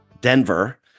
Denver